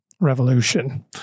revolution